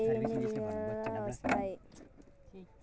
విత్తనాలు ఏ విధంగా నిల్వ చేస్తారు?